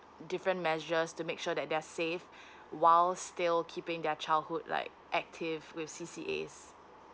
different measures to make sure that they are safe while still keeping their childhood like active with C C A